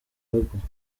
baguha